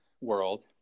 world